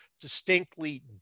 distinctly